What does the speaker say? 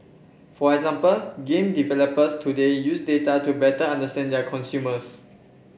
for example game developers today use data to better understand their consumers